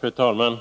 Fru talman!